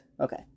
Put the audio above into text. Okay